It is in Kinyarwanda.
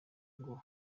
ngo